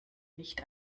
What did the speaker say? nicht